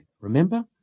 Remember